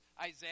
Isaiah